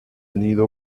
nido